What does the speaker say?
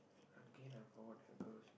again I forgot the girl's